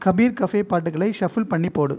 Kabir cafe பாட்டுகளை shuffle பண்ணிப் போடு